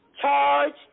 charged